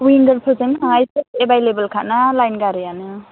विंगारफोरजोंनो थांनोसै एभैलेबोलखा ना लाइन गारियानो